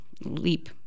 leap